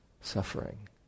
suffering